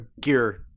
gear